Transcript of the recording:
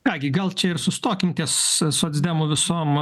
ką gi gal čia ir sustokim ties socdemų visom